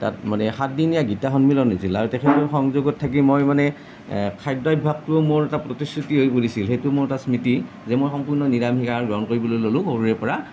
তাত মানে সাতদিনীয়া গীতা সন্মিলন হৈছিল আৰু তেখেতৰ সংযোগত থাকি মই মানে খাদ্য অভ্যাসটোও মোৰ এটা প্ৰতিশ্ৰুতি হৈ পৰিছিল সেইটো মোৰ এটা স্মৃতি যে মই সম্পূৰ্ণ নিৰামিষ আহাৰ গ্ৰহণ কৰিবলৈ ল'লোঁ সৰুৰে পৰা